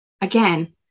again